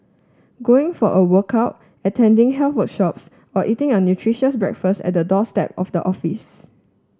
going for a workout attending health workshops or eating a nutritious breakfast at the doorstep of the office